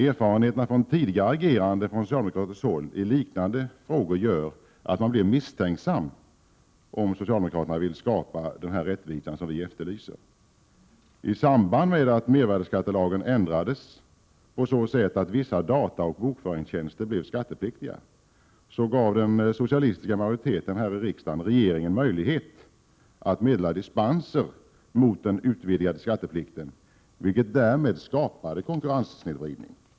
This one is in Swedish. Erfarenheterna från socialdemokraternas tidigare agerande i liknande frågor gör att man blir misstänksam om de vill skapa den rättvisa som vi efterlyser. I samband med att mervärdeskattelagen ändrades på så sätt att vissa dataoch bokföringstjänster blev skattepliktiga, gavs regeringen av den socialistiska majoriteten i riksdagen möjlighet att meddela dispenser från den utvidgade skatteplikten, vilket därmed skapade konkurrenssnedvridning.